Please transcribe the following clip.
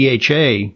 DHA